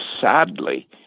sadly